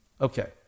Okay